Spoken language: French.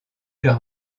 leur